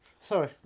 Sorry